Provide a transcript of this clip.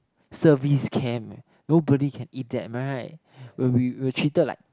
service camp eh nobody can eat that am I right were we we were treated like